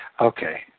okay